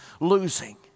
losing